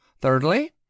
thirdly